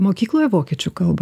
mokykloje vokiečių kalbą